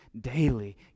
Daily